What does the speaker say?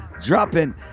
dropping